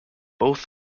both